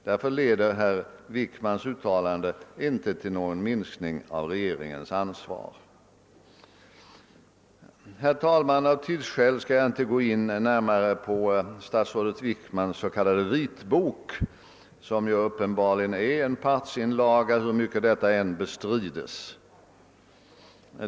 Därför kan detta herr Wickmans uttalande inte leda till någon minskning av regeringens ansvar. Av tidsskäl skall jag inte närmare gå in på statsrådet Wickmans s.k. vitbok som uppenbarligen är en partsinlaga hur mycket detta än bestrids.